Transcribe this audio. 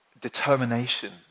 determination